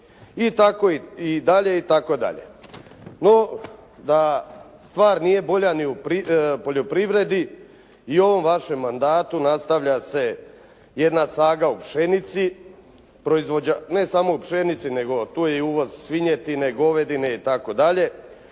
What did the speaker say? oni koji su prozvani itd. No, da stvar nije bolja ni u poljoprivredi i u ovom vašem mandatu nastavlja se jedna saga o pšenici, ne samo o pšenici nego tu je i uvoz svinjetine, govedine itd.